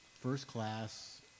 first-class